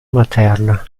materna